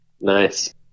Nice